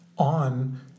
on